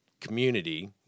community